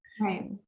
Right